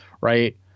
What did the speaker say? right